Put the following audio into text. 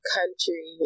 Country